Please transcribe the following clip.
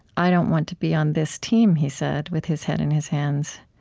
i don't want to be on this team he said, with his head in his hands.